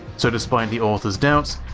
so despite the author's doubts,